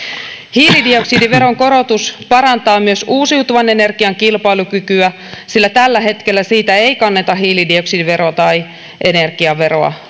hiilidioksidiveron korotus parantaa myös uusiutuvan energian kilpailukykyä sillä tällä hetkellä siitä ei kanneta hiilidioksidiveroa tai energiaveroa